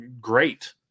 great